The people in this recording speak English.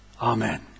Amen